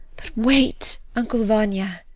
wait, uncle vanya,